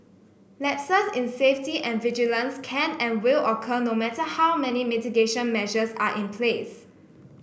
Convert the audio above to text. lapses in safety and vigilance can and will occur no matter how many mitigation measures are in place